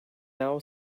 now